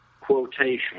quotation